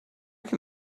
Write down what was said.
can